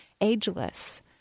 ageless